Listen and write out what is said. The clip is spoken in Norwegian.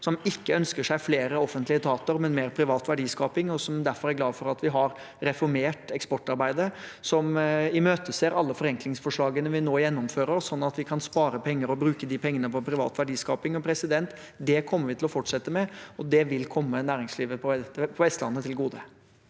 de ønsker seg ikke flere offentlige etater, men mer privat verdiskaping, og er derfor glad for at vi har reformert eksportarbeidet. De imøteser alle forenklingsforslagene vi nå gjennomfører, sånn at vi kan spare penger og bruke de pengene på privat verdiskaping. Det kommer vi til å fortsette med, og det vil komme næringslivet på Vestlandet til gode.